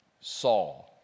Saul